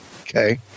Okay